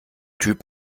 typ